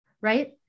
right